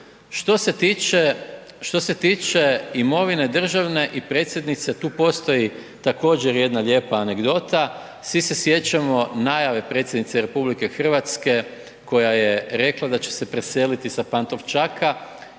Što se tiče imovine državne i predsjednice, tu postoji također jedna lijepa anegdota, svi se sjećamo najave predsjednice RH koja je rekla da će se preseliti sa Pantovčaka